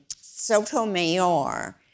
Sotomayor